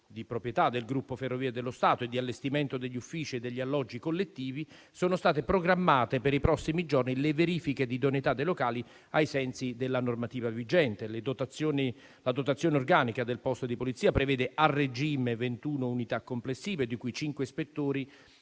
di proprietà del Gruppo Ferrovie dello Stato, e di allestimento degli uffici e degli alloggi collettivi, sono state programmate per i prossimi giorni le verifiche di idoneità dei locali ai sensi della normativa vigente. La dotazione organica del posto di polizia prevede, a regime, ventuno unità complessive, di cui cinque ispettori,